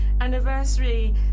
anniversary